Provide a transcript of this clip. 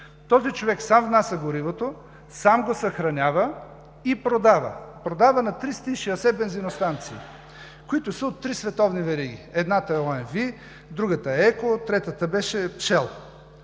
Този човек сам внася горивото, сам го съхранява и продава. Продава на 360 бензиностанции, които са от три световни вериги – едната е ОМV, другата е „Еко“, третата беше „Шел“.